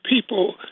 people